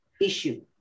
issue